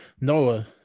Noah